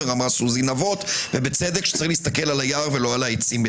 וסוזי נבות שצריך להסתכל על היער ולא על העצים,